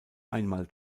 einmal